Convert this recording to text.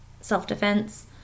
self-defense